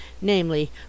namely